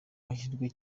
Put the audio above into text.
amahirwe